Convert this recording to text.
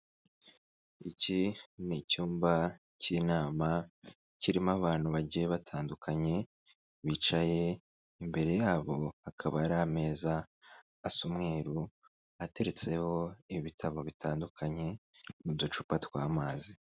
Iki ni icyumba cy'inama kirimo abantu bagiye batandukanye bicaye, imbere yabo akaba ari ameza asumweru, ateretseho ibitabo bitandukanye n'uducupa tw'amazi.